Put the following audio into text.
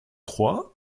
trois